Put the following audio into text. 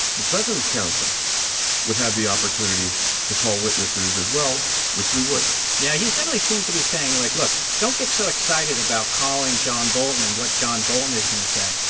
the president's counsel would have the opportunity to call witnesses as well, which we would yeah, he definitely seems to be saying, like, look don't get so excited about calling john bolton and what john bolton is going to say.